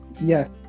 Yes